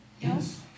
Yes